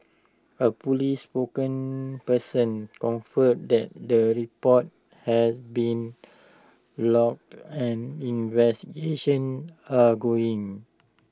A Police spokesperson confirmed that the report has been lodged and investigations are going